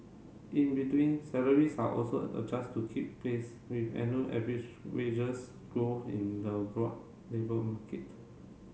in between salaries are also adjust to keep pace with annual average wages growth in the broad labour market